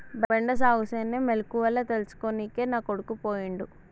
బెండ సాగుసేనే మెలకువల తెల్సుకోనికే నా కొడుకు పోయిండు